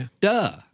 Duh